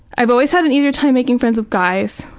i've always had an easier time making friends with guys.